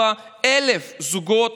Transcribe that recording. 4,000 זוגות